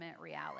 reality